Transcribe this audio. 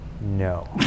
No